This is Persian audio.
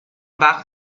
وقت